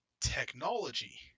technology